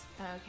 Okay